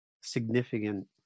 significant